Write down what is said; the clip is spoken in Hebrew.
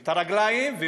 ואת הרגליים של האיש.